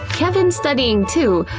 kevin's studying too,